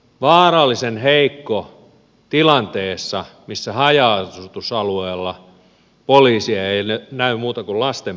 vaarallisen heikko tilanteessa missä haja asutusalueella poliisia ei näy muuta kuin lasten piirustuksissa